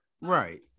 Right